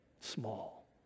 small